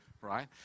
Right